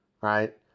right